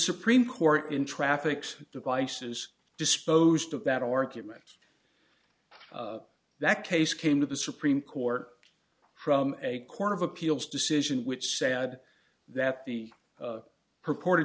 supreme court in traffics devices disposed of that argument that case came to the supreme court from a court of appeals decision which said that the purported